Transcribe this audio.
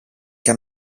και